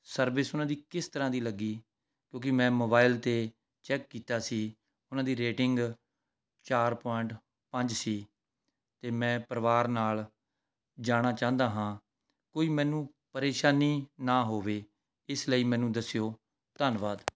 service ਉਹਨਾਂ ਦੀ ਕਿਸ ਤਰ੍ਹਾਂ ਦੀ ਲੱਗੀ ਕਿਉਂਕਿ ਮੈਂ ਮੋਬਾਇਲ 'ਤੇ ਚੈੱਕ ਕੀਤਾ ਸੀ ਉਹਨਾਂ ਦੀ ਰੇਟਿੰਗ ਚਾਰ ਪੁਆਇੰਟ ਪੰਜ ਸੀ ਅਤੇ ਮੈਂ ਪਰਿਵਾਰ ਨਾਲ ਜਾਣਾ ਚਾਹੁੰਦਾ ਹਾਂ ਕੋਈ ਮੈਨੂੰ ਪਰੇਸ਼ਾਨੀ ਨਾ ਹੋਵੇ ਇਸ ਲਈ ਮੈਨੂੰ ਦੱਸਿਓ ਧੰਨਵਾਦ